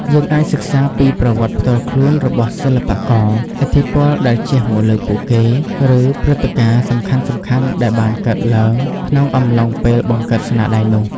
យើងអាចសិក្សាពីប្រវត្តិផ្ទាល់ខ្លួនរបស់សិល្បករ ឥទ្ធិពលដែលជះមកលើពួកគេ ឬព្រឹត្តិការណ៍សំខាន់ៗដែលបានកើតឡើងក្នុងអំឡុងពេលបង្កើតស្នាដៃនោះ។